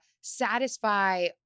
satisfy